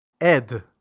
Ed